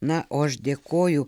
na o aš dėkoju